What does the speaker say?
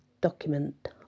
document